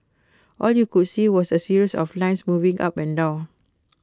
all you could see was A series of lines moving up and down